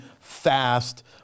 fast